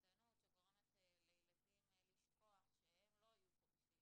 אובדנות שגורמת לילדים לשכוח שהם לא יהיו פה בשביל